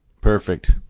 Perfect